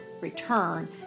return